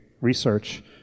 research